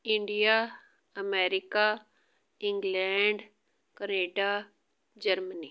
India America England Canada Germany